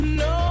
no